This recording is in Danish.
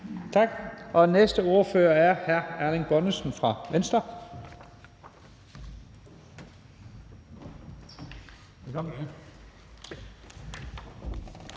Tak. Og næste ordfører er hr. Erling Bonnesen fra Venstre.